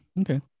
Okay